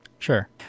Sure